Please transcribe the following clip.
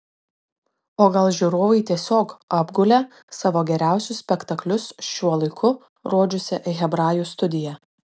o gal žiūrovai tiesiog apgulė savo geriausius spektaklius šiuo laiku rodžiusią hebrajų studiją